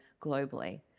globally